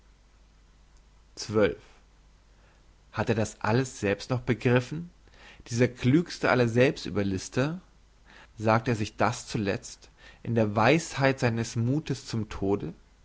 hat er das selbst noch begriffen dieser klügste aller selbstüberlister sagte er sich das zuletzt in der weisheit seines muthes zum tode